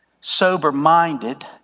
sober-minded